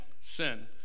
sin